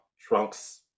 Trunks